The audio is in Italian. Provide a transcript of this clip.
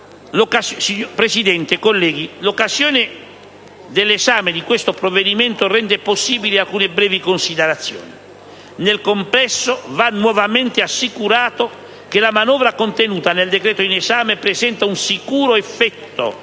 Signor Presidente, colleghi, l'occasione dell'esame di questo provvedimento rende possibili alcune brevi considerazioni. Nel complesso va nuovamente assicurato che la manovra contenuta nel decreto in esame presenta un sicuro effetto